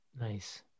nice